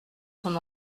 son